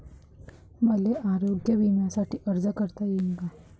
मले आरोग्य बिम्यासाठी अर्ज करता येईन का?